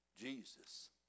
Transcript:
Jesus